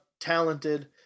talented